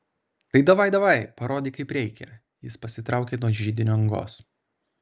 tai davaj davaj parodyk kaip reikia jis pasitraukė nuo židinio angos